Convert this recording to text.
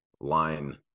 line